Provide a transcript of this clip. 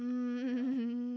um